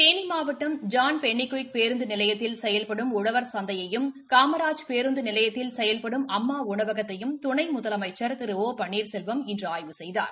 தேனி மாவட்டம் John Pennycuick பேருந்து நிலையத்தில் செயல்படும் உழவர் சந்தையையும் காமராஜ் பேருந்து நிலையத்தில் செயல்படும் அம்மா உணவகத்தையும் துணை முதலமைச்சர் திரு ஒ பன்னீர்செல்வம் இன்று ஆய்வு செய்தார்